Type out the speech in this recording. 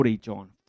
John